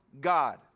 God